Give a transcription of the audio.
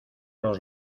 los